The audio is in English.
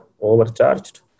overcharged